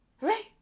right